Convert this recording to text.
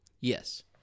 Yes